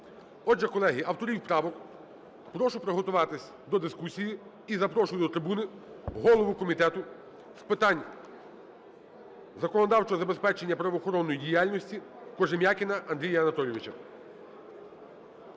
Отже, колеги, авторів правок прошу приготуватись до дискусії і запрошую до трибуни голову Комітету з питань законодавчого забезпечення правоохоронної діяльності Кожем'якіна Андрія Анатолійовича.